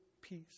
peace